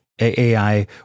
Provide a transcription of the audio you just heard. AI